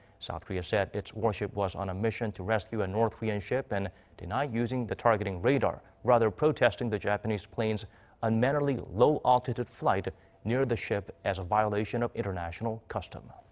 south korea said its warship was on a mission to rescue a north korean ship and denied using the targeting radar. rather protesting the japanese plane's unmannerly low-altitude flight near the ship as a violation of international custom.